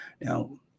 Now